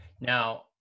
now